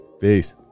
Peace